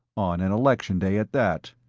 on an election day at that,